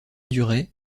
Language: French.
duret